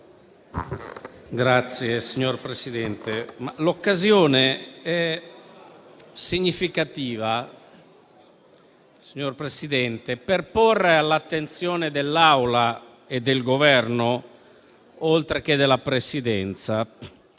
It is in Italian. l'occasione è significativa per porre all'attenzione dell'Assemblea e del Governo, oltre che della Presidenza,